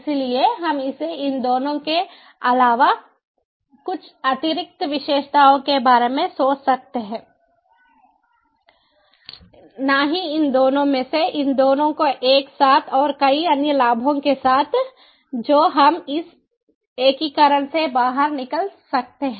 इसलिए हम इसे इन दोनों के अलावा कुछ अतिरिक्त विशेषताओं के बारे में सोच सकते हैं न ही इन दोनों में से इन दोनों को एक साथ और कई अन्य लाभों के साथ जो हम इस एकीकरण से बाहर निकल सकते हैं